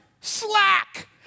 slack